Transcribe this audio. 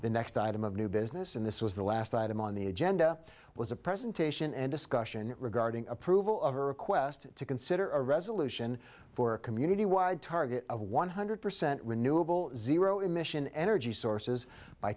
the next item of new business and this was the last item on the agenda was a presentation and discussion regarding approval of a request to consider a resolution for a community wide target of one hundred percent renewable zero emission energy sources by